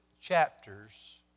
chapters